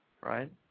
right